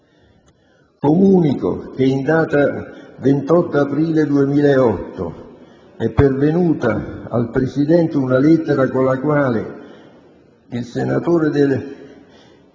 Comunico che, in data 28 aprile 2008, è pervenuta al Presidente una lettera con la quale il senatore Galan